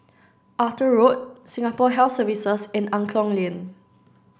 Arthur Road Singapore Health Services and Angklong Lane